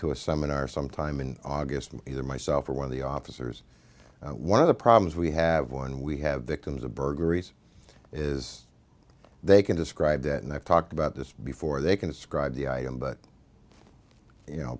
to a seminar sometime in august and either myself or one of the officers one of the problems we have one we have victims of burglaries is they can describe that and i've talked about this before they can describe the item but you know